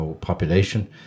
population